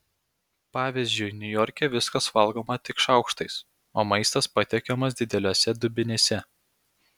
pavyzdžiui niujorke viskas valgoma tik šaukštais o maistas patiekiamas dideliuose dubenyse